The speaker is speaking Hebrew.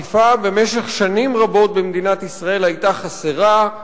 במשך שנים רבות האכיפה במדינת ישראל היתה חסרה,